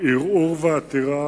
ערעור ועתירה